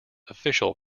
official